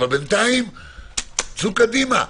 אבל בינתיים צאו קדימה.